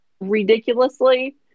ridiculously